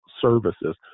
services